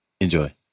Enjoy